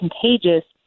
contagious